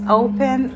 open